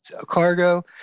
cargo